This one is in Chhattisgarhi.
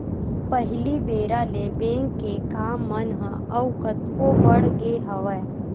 पहिली बेरा ले बेंक के काम मन ह अउ कतको बड़ गे हवय